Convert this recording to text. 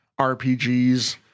RPGs